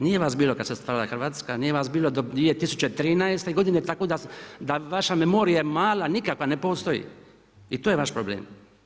Nije vas bilo kada se stvarala Hrvatska, nije vas bilo do 2013. godine, tako da vaša memorija je mala nikakva, ne postoji i to je vaš problem.